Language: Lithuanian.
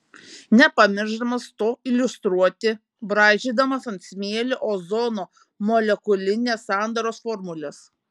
nepamiršdamas to iliustruoti braižydamas ant smėlio ozono molekulinės sandaros formules